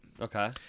Okay